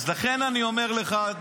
אז לכן אני אומר לך,